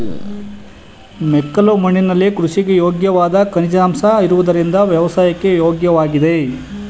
ಮೆಕ್ಕಲು ಮಣ್ಣಿನಲ್ಲಿ ಕೃಷಿಗೆ ಯೋಗ್ಯವಾದ ಖನಿಜಾಂಶಗಳು ಇರುವುದರಿಂದ ವ್ಯವಸಾಯಕ್ಕೆ ಯೋಗ್ಯವಾಗಿದೆ